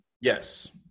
Yes